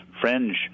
fringe